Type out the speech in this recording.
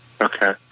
Okay